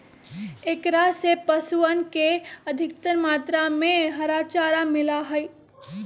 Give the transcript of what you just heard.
एकरा से पशुअन के अधिकतर मात्रा में हरा चारा मिला हई